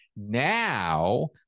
Now